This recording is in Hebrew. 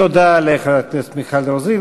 תודה לחברת הכנסת מיכל רוזין.